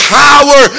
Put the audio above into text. power